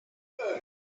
heard